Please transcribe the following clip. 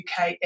UK